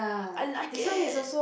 I like it